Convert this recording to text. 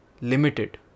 limited